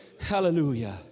Hallelujah